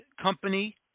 company